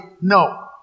No